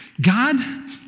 God